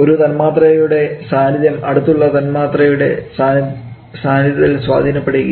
ഒരു തന്മാത്രയുടെ സാന്നിധ്യം അടുത്തുള്ള തന്മാത്രയുടെ സാന്നിധ്യത്തിൽ സ്വാധീനപെടുകയില്ല